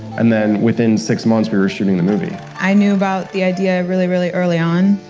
and then, within six months, we were shooting the movie. i knew about the idea really, really, early on,